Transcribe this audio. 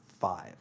five